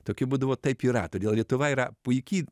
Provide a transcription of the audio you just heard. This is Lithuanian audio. tokiu būdu va taip yra todėl lietuva yra puiki